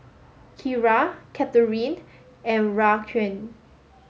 Kira Katherin and Raquan